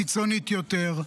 קיצונית יותר,